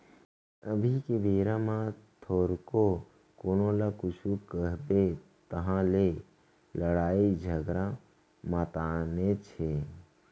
अभी के बेरा म थोरको कोनो ल कुछु कबे तहाँ ले लड़ई झगरा मातनेच हे